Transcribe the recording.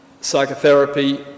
psychotherapy